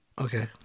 Okay